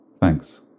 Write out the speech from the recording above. Thanks